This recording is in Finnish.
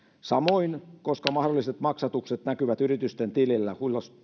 samoin se koska mahdolliset maksatukset näkyvät yritysten tilillä